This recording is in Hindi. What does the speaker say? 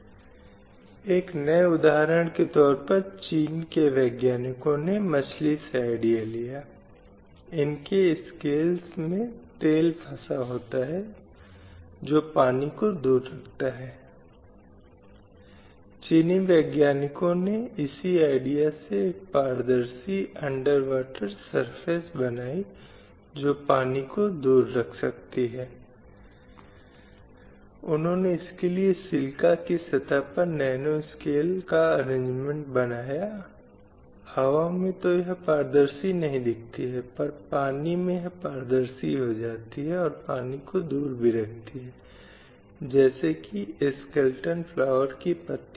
संदर्भसमय को देखें 1359 अब एक और क्षेत्र जिसके माध्यम से कोई भी वास्तव में महिलाओं की स्थिति को समझ सकता है हिंसा के मुद्दे पर है और हिंसा के इस मुद्दे में मैंने सिर्फ कुछ अपराधों का उदाहरण लिया है जो महिलाओं के खिलाफ अपराध हैं और मैंने इस मुद्दे पर कुछ अपराध लिए हैं उनमें बलात्कार महिलाओं का अपहरण दहेज हत्या क्रूरता और हमला ये सभी अपराध हैं जो भारतीय दंड संहिता 1860 में उल्लिखित हैं